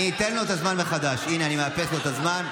אתה יכול לפנים משורת הדין לפתור את זה.